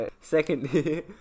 secondly